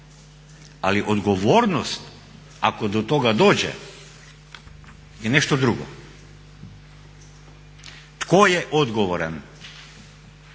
ali odgovornost ako do toga dođe je nešto drugo. Tko je odgovaran